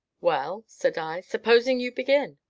well, said i, supposing you begin.